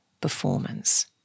performance